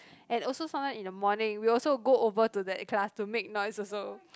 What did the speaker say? and also sometimes in the morning we also go over to that class to make noise also